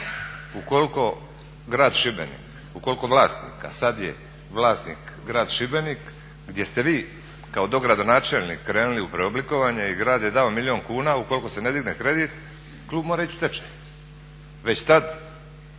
ukoliko vlasnik a sada je vlasnik grad Šibenik gdje ste vi kao dogradonačelnik krenuli u preoblikovanje i grad je dao milijun kuna ukoliko se ne digne kredit klub mora ići u stečaj.